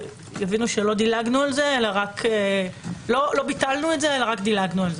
שיבינו שלא ביטלנו את זה, אלא רק דילגנו על זה.